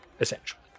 essentially